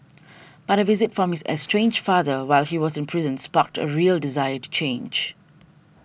but a visit from his estranged father while he was in prison sparked a real desire to change